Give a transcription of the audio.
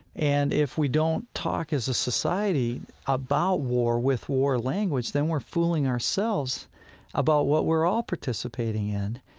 and if we don't talk as a society about war with war language, then we're fooling ourselves about what we're all participating in,